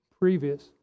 previous